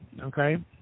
okay